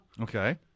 Okay